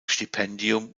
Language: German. stipendium